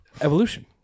Evolution